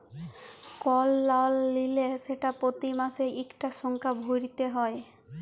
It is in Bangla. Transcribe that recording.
কল লল লিলে সেট পতি মাসে ইকটা সংখ্যা ভ্যইরতে হ্যয়